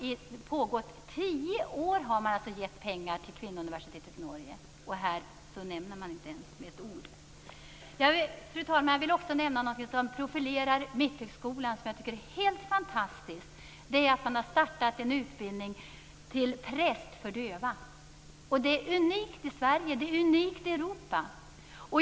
I tio år har man givit pengar till kvinnouniversitetet i Norge, och här nämner man det inte ens med ett ord. Fru talman! Jag vill också nämna någonting som profilerar Mitthögskolan, som jag tycker är helt fantastiskt. Det är att man har startat en utbildning till präst för döva. Det är unikt i Sverige, det är unikt i Europa.